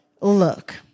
look